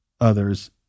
others